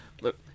look